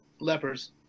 lepers